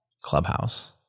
clubhouse